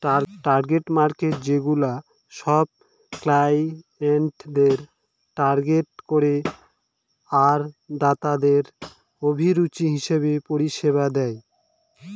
target markets সেগুলা সব ক্লায়েন্টদের টার্গেট করে আরতাদের অভিরুচি হিসেবে পরিষেবা দেয়